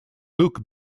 luke